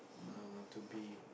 err to be